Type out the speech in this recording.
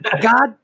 God